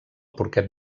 porquet